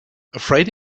afraid